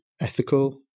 ethical